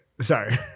Sorry